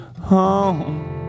home